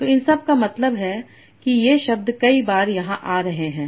तो इन का मतलब है कि ये शब्द कई बार यहाँ आ रहे हैं